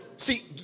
See